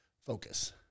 focus